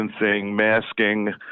masking